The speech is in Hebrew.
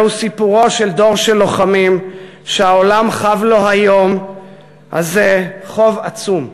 זהו סיפורו של דור של לוחמים שהעולם חב לו היום הזה חוב עצום.